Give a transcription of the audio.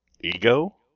Ego